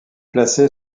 placé